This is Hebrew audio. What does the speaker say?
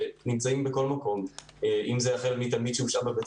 שנמצאות בכל הרמות החל בתלמיד שהושעה מבית